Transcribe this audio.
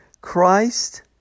Christ